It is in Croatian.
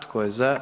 Tko je za?